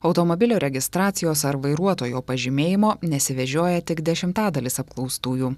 automobilio registracijos ar vairuotojo pažymėjimo nesivežioja tik dešimtadalis apklaustųjų